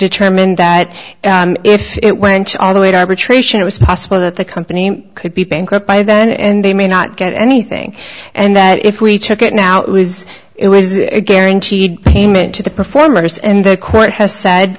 determined that if it went all the way to arbitration it was possible that the company could be bankrupt by then and they may not get anything and that if we took it now it was it was a guaranteed payment to the performers and the court has said